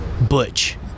Butch